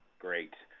great.